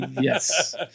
Yes